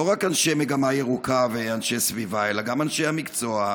לא רק אנשי מגמה ירוקה ואנשי סביבה אלא גם אנשי המקצוע,